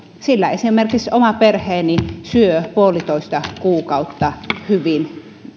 sillä esimerkiksi oma perheeni syö puolitoista kuukautta hyvin